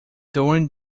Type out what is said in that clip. during